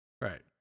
Right